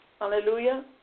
Hallelujah